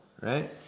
right